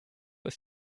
ist